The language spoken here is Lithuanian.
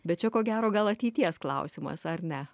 bet čia ko gero gal ateities klausimas ar ne